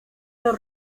los